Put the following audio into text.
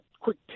quick